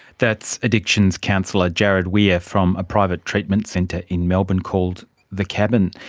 that's addictions counsellor jarrod weir from a private treatment centre in melbourne called the cabin.